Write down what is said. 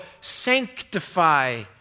sanctify